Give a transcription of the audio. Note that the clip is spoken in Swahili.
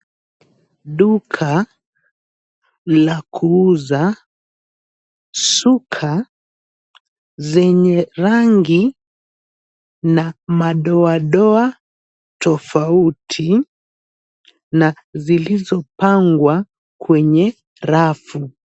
Duka la kuuza shuka zenye rangi na madoadoa tofauti na zilizopangwa kwenye rafu.